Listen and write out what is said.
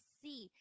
see